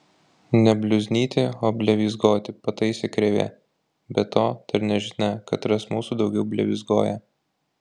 ne bliuznyti o blevyzgoti pataise krėvė be to dar nežinia katras mūsų daugiau blevyzgoja